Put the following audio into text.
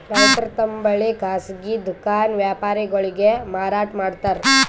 ರೈತರ್ ತಮ್ ಬೆಳಿ ಖಾಸಗಿ ದುಖಾನ್ ವ್ಯಾಪಾರಿಗೊಳಿಗ್ ಮಾರಾಟ್ ಮಾಡ್ತಾರ್